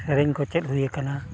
ᱥᱮᱨᱮᱧ ᱠᱚ ᱪᱮᱫ ᱦᱩᱭ ᱠᱟᱱᱟ